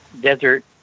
desert